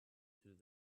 through